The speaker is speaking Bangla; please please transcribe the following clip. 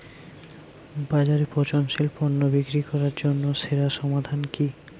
বাজারে পচনশীল পণ্য বিক্রি করার জন্য সেরা সমাধান কি?